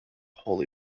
holy